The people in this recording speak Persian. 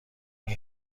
این